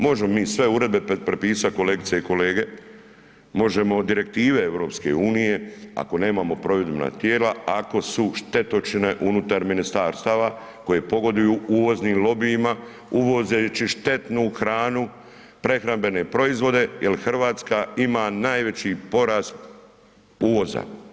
Možemo mi sve uredbe prepisati kolegice i kolege, možemo direktive EU ako nemamo provedbena tijela, ako su štetočine unutar ministarstava koje pogoduju uvoznim lobijima uvozeći štetnu hranu, prehrambene proizvode jel Hrvatska ima najveći porast uvoza.